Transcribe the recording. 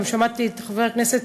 גם שמעתי את חבר הכנסת